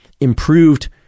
improved